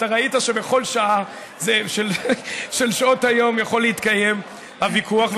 ראית שבכל שעה משעות היום יכול להתקיים הוויכוח.